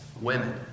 women